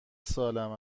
سالم